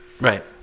right